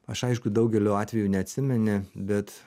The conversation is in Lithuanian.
aš aišku daugeliu atveju neatsimeni bet